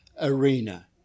arena